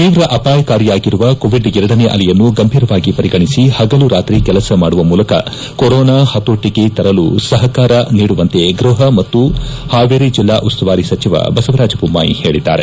ತೀವ್ರ ಅಪಾಯಕಾರಿಯಾಗಿರುವ ಕೋವಿಡ್ ಎರಡನೇ ಅಲೆಯನ್ನು ಗಂಭೀರವಾಗಿ ಪರಿಗಣಿಸಿ ಹಗಲುರಾತ್ರಿ ಕೆಲಸ ಮಾಡುವ ಮೂಲಕ ಕೊರೊನಾ ಹತೋಟಿಗೆ ತರಲು ಸಹಕಾರ ನೀಡುವಂತೆ ಗೃಹ ಮತ್ತು ಹಾವೇರಿ ಜಿಲ್ಲಾ ಉಸ್ತುವಾರಿ ಸಚಿವ ಬಸವರಾಜ ಬೊಮ್ಮಾಯಿ ಹೇಳಿದ್ದಾರೆ